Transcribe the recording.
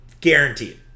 guaranteed